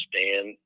stand